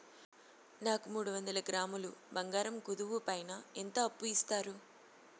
నాకు మూడు వందల గ్రాములు బంగారం కుదువు పైన ఎంత అప్పు ఇస్తారు?